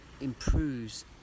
improves